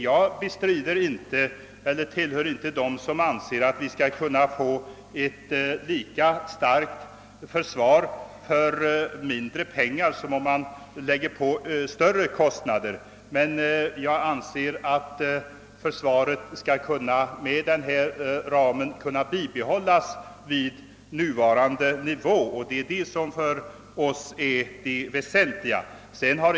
Jag tillhör inte dem som anser att vi skall kunna få ett lika starkt försvar för litet pengar som vi får om vi lägger ner större kostnader, men jag anser att försvaret med den föreslagna ramen skall kunna bibehållas vid nuvarande nivå. Det är det som är väsentligt för Oss.